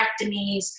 hysterectomies